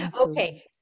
Okay